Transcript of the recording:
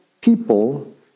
people